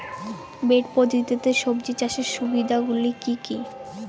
Bed পদ্ধতিতে সবজি চাষের সুবিধাগুলি কি কি?